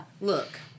Look